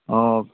অঁ